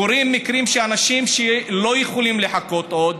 קורים מקרים של אנשים שלא יכולים לחכות עוד,